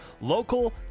local